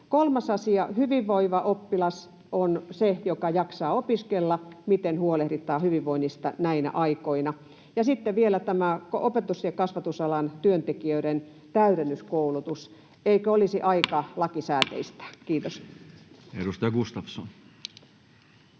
Kolmas asia: Hyvinvoiva oppilas on se, joka jaksaa opiskella. Miten huolehditaan hyvinvoinnista näinä aikoina? Ja sitten vielä opetus- ja kasvatusalan työntekijöiden täydennyskoulutuksesta: eikö olisi aika